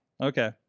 Okay